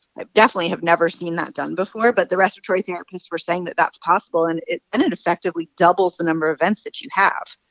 i definitely have never seen that before. but the respiratory therapists were saying that that's possible, and it and it effectively doubles the number of vents that you have.